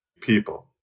people